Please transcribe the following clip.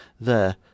There